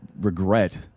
regret